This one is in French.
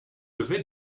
levé